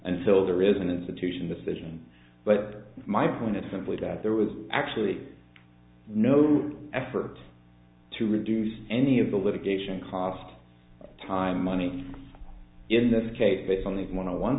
filter is an institution decision but my point is simply that there was actually no effort to reduce any of the litigation cost time money in this case based on a one on one